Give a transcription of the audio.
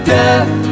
death